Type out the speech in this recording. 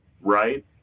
right